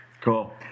Cool